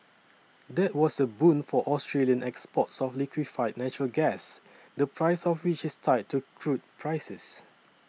that was a boon for Australian exports of liquefied natural gas the price of which is tied to crude prices